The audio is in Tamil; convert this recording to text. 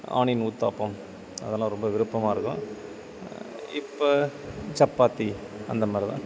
ஆனியன் ஊத்தாப்பம் அதெல்லாம் ரொம்ப விருப்பமாக இருக்கும் இப்போ சப்பாத்தி அந்த மாதிரி தான்